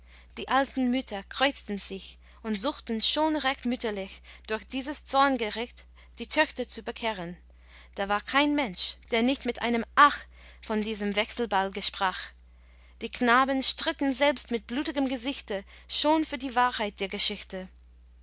die alten mütter kreuzten sich und suchten schon recht mütterlich durch dieses zorngericht die töchter zu bekehren da war kein mensch der nicht mit einem ach von diesem wechselbalge sprach die knaben stritten selbst mit blutigem gesichte schon für die wahrheit der geschichte